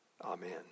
Amen